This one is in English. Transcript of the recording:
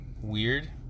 weird